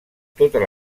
totes